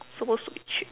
supposed to be cheap